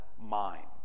mind